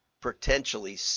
potentially